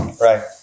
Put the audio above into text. Right